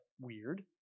weird